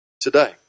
today